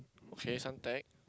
okay Suntec